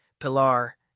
Pilar